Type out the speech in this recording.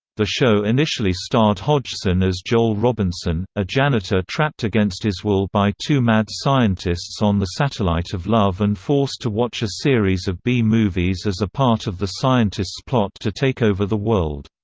the show initially starred hodgson as joel robinson, a janitor trapped against his will by two mad scientists on the satellite of love and forced to watch a series of b movies as a part of the scientists' plot to take over the world.